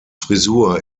frisur